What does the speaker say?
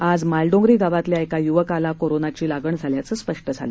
आज मालडोंगरी गावातल्या एका युवकाला कोरोनाची लागण झाल्याचं स्पष्ट झालं